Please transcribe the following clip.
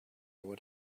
what